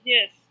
Yes